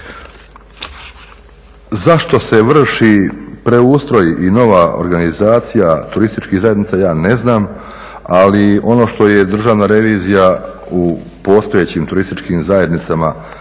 Zašto se vrši preustroj i nova organizacija turističkih zajednica ja ne znam, ali ono što je državna revizija u postojećim turističkim zajednicama